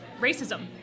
racism